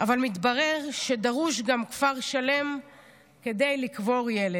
אבל מתברר שדרוש גם כפר שלם כדי לקבור ילד.